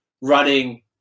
running